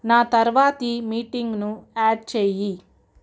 నా తరువాతి మీటింగ్ను యాడ్ చేయి